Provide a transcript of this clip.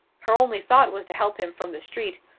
her only thought was to help him from the street,